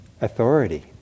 Authority